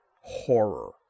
horror